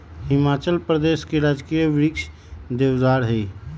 हिमाचल प्रदेश के राजकीय वृक्ष देवदार हई